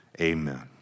Amen